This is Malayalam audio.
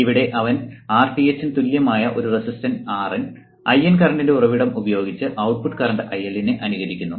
ഇവിടെ അവൻ Rth ന് തുല്യമായ ഒരു റെസിസ്റ്റൻസ് RN IN കറൻറ്ൻറെ ഉറവിടം ഉപയോഗിച്ച് ഔട്ട്പുട്ട് കറന്റ് IL നെ അനുകരിക്കുന്നു